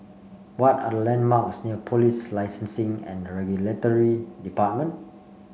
what are the landmarks near Police Licencing and Regulatory Department